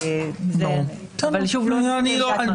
זו לא עמדת מערכת.